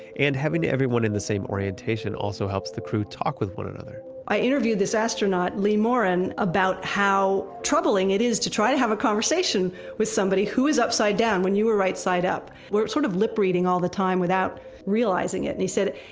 and having everyone in the same orientation also helps the crew talk with one another i interviewed this astronaut, lee morin, about how troubling it is to try and have a conversation with someone who is upside down when you were right-side-up. we're sort of lip-reading all the time without realizing it, he said.